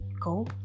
go